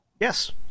Yes